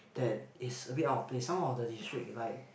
that is a bit out of place some of the district like